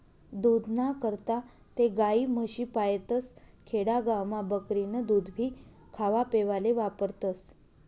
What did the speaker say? दूधना करता ते गायी, म्हशी पायतस, खेडा गावमा बकरीनं दूधभी खावापेवाले वापरतस